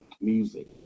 music